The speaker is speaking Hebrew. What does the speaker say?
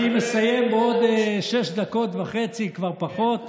אני מסיים בעוד שש דקות וחצי, כבר פחות.